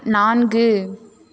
நான்கு